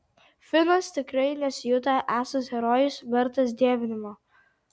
finas tikrai nesijuto esąs herojus vertas dievinimo